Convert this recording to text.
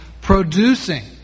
producing